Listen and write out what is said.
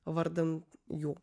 vardan jų